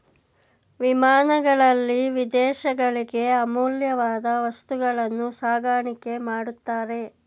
ವಿಮಾನಗಳಲ್ಲಿ ವಿದೇಶಗಳಿಗೆ ಅಮೂಲ್ಯವಾದ ವಸ್ತುಗಳನ್ನು ಸಾಗಾಣಿಕೆ ಮಾಡುತ್ತಾರೆ